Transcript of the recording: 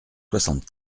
soixante